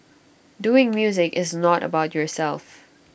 doing music is not about yourself